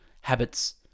Habits